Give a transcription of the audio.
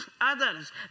others